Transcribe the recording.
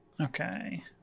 okay